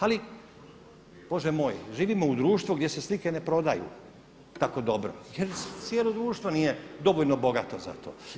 Ali Bože moj živimo u društvu gdje se slike ne prodaju tako dobro jer cijelo društvo nije dovoljno bogato za to.